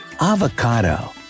avocado